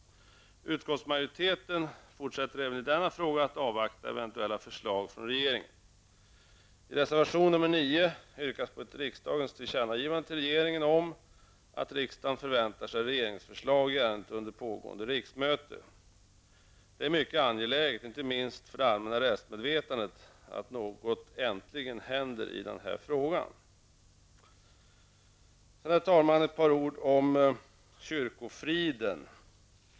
Utskottsmajoriteten fortsätter även i denna fråga att avvakta eventuella förslag från regeringen. I reservation nr 9 yrkas att riksdagen ger regeringen till känna att riksdagen förväntar sig regeringsförslag i ärendet under pågående riksmöte. Det är mycket angeläget, inte minst för det allmänna rättsmedvetandet, att något äntligen händer i denna fråga. Herr talman! Ett par ord om kyrkofriden.